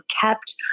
kept